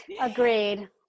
Agreed